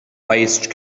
pajjiż